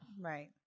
Right